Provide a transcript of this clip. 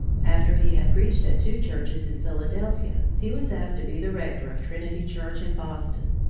after he had preached at two churches in philadelphia, he was asked to be the rector of trinity church in boston.